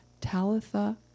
Talitha